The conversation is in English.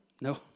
No